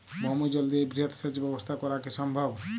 ভৌমজল দিয়ে বৃহৎ সেচ ব্যবস্থা করা কি সম্ভব?